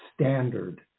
Standard